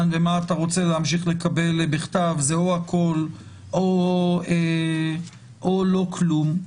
ומה אתה רוצה להמשיך לקבל בכתב זה או הכל או לא כלום.